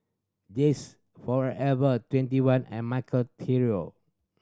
This Forever Twenty One and Michael Trio